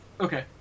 Okay